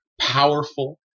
powerful